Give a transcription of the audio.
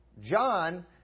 john